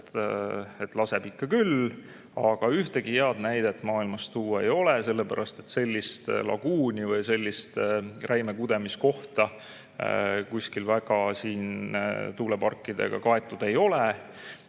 et laseb ikka küll, aga ühtegi head näidet maailmast tuua ei ole, sellepärast et sellist laguuni või räime kudemise kohta kuskil väga tuuleparkidega kaetud ei ole.